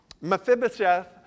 Mephibosheth